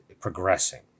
progressing